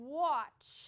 watch